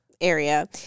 area